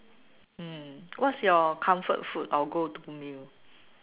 mm what's your comfort food or go to meal